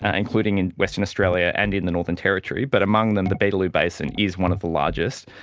ah including in western australia and in the northern territory. but among them, the beetaloo basin is one of the largest.